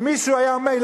אם מישהו היה אומר,